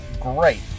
great